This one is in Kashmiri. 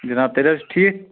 جِناب تیٚلہِ حظ چھُ ٹھیٖک